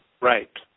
right